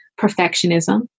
perfectionism